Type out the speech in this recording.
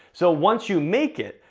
so once you make it,